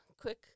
quick